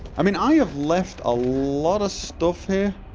i mean i have left a lot of stuff here